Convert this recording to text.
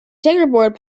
checkerboard